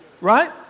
Right